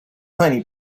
money